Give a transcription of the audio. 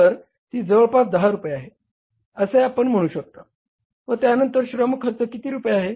तर ती जवळपास 10 रुपये आहे असे आपण म्हणू शकता व त्यानंतर श्रम खर्च किती रुपये आहे